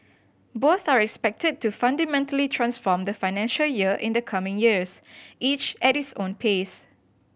both are expected to fundamentally transform the financial year in the coming years each at its own pace